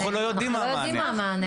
אנחנו לא יודעים מה המענה.